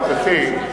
הנוכחי,